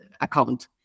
account